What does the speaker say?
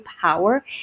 power